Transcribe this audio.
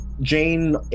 Jane